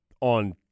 on